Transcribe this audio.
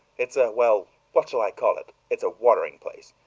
it's a well, what shall i call it? it's a watering place.